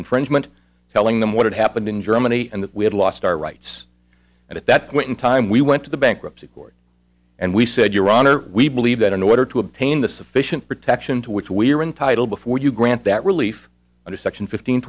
infringement telling them what had happened in germany and that we had lost our rights and at that point in time we went to the bankruptcy court and we said your honor we believe that in order to obtain the sufficient protection to which we are entitled before you grant that relief under section fifteen